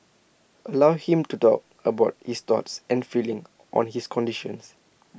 allow him to talk about his thoughts and feelings on his condition